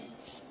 വേരിയബിളുകൾ